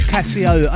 Casio